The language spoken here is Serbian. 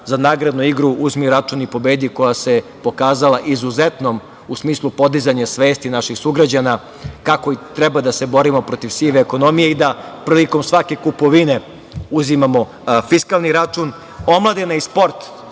za nagradnu igru „Uzmi račun i pobedi“, koja se pokazala izuzetnom u smislu podizanja svesti naših sugrađana, kako i treba da se borimo protiv sive ekonomije i da prilikom svake kupovine uzimamo fiskalni račun. Omladina i sport,